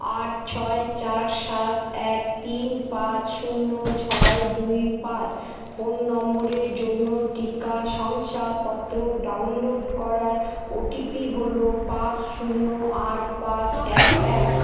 আট ছয় চার সাত এক তিন পাঁচ শূন্য ছয় দুই পাঁচ ফোন নম্বরের জন্য টিকা শংসাপত্র ডাউনলোড করার ওটিপি হল পাঁচ শূন্য আট পাঁচ এক এক